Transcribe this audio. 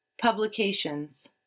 Publications